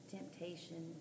Temptation